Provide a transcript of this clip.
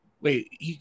Wait